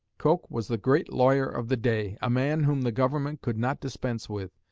coke was the great lawyer of the day, a man whom the government could not dispense with,